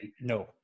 No